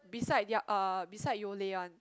beside their uh beside Yole one